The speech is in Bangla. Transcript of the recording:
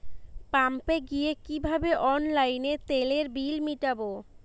পাম্পে গিয়ে কিভাবে অনলাইনে তেলের বিল মিটাব?